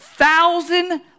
Thousand